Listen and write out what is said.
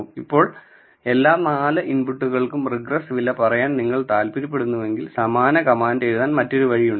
ഇപ്പോൾ എല്ലാ 4 ഇൻപുട്ടുകൾക്കും റിഗ്രസ് വില പറയാൻ നിങ്ങൾ താൽപ്പര്യപ്പെടുന്നെങ്കിൽ സമാന കമാൻഡ് എഴുതാൻ മറ്റൊരു വഴിയുണ്ട്